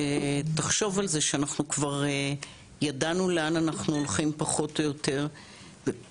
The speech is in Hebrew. תחשוב על זה שאנחנו כבר ידענו לאן אנחנו הולכים פחות או יותר ופתאום